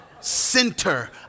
Center